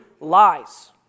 lies